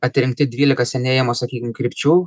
atrinkti dvylika senėjimo sakykim krypčių